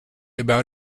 about